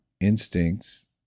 instincts